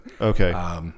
okay